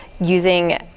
using